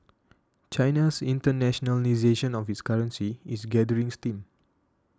China's internationalisation of its currency is gathering steam